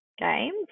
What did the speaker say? games